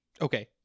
Okay